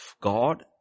God